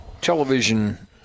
television